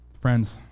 Friends